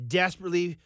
desperately